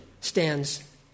stands